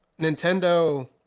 nintendo